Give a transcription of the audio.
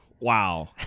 Wow